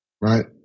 right